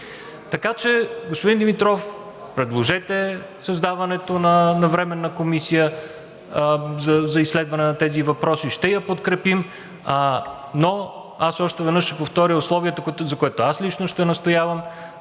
закрива. Господин Димитров, предложете създаването на временна комисия за изследване на тези въпроси, ще я подкрепим, но аз още веднъж ще повторя условието, за което аз лично ще настоявам,